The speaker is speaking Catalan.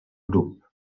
grup